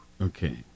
Okay